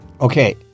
Okay